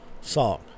song